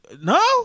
no